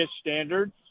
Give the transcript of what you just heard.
standards